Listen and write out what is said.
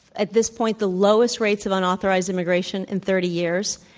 at this point, the lowest rates among authorized immigration in thirty years.